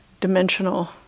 dimensional